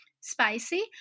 spicy